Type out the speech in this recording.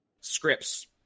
scripts